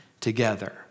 together